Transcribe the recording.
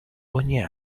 ogni